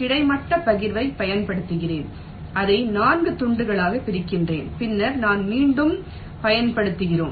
கிடைமட்ட பகிர்வைப் பயன்படுத்துகிறேன் அதை 4 துண்டுகளாகப் பிரிக்கிறேன் பின்னர் நான் மீண்டும் பயன்படுத்துகிறேன்